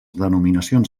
denominacions